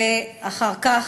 ואחר כך,